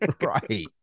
Right